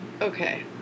okay